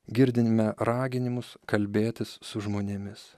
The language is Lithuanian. girdime raginimus kalbėtis su žmonėmis